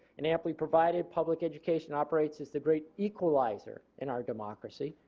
and amply provided public education operates as the great equalizer in our democracy,